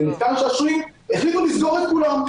זה מתקן שעשועים החליטו לסגור את כולם.